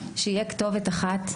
שתהיה כתובת אחת,